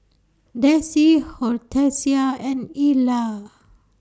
Dessie Hortensia and Ila